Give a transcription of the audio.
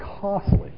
costly